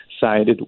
sided